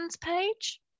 page